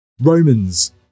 Romans